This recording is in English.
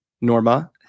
norma